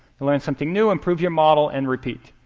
and learn something new, improve your model and repeat.